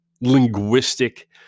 linguistic